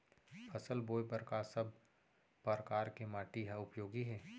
फसल बोए बर का सब परकार के माटी हा उपयोगी हे?